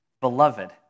Beloved